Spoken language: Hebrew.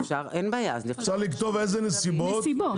אפשר לכתוב אילו נסיבות.